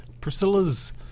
Priscilla's